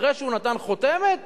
אחרי שהוא נתן חותמת